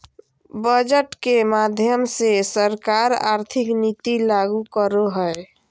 budget के माध्यम से सरकार आर्थिक नीति लागू करो हय